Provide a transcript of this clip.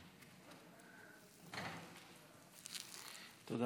תודה